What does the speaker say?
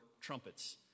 trumpets